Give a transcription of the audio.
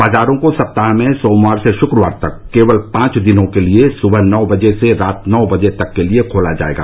बाजारों को सप्ताह में सोमवार से शुक्रवार तक केवल पांच दिनों के लिए सुबह नौ बजे से रात नौ बजे तक के लिए खोला जाएगा